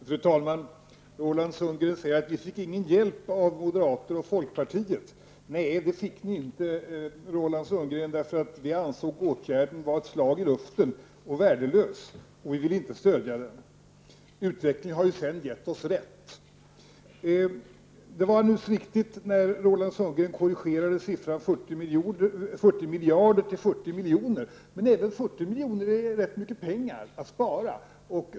Fru talman! Roland Sundgren säger att socialdemokraterna inte fick någon hjälp av moderaterna och folkpartiet. Nej, det fick ni inte för att vi ansåg att åtgärden var ett slag i luften och värdelös. Vi ville inte stödja den. Utvecklingen har ju sedan givit oss rätt. Det var alldeles riktigt när Roland Sundgren korrigerade siffran 40 miljarder till 40 miljoner. Men även 40 milj. är rätt mycket pengar att spara.